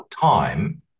time